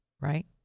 right